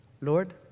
Lord